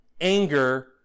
Anger